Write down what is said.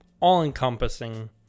all-encompassing